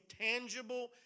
tangible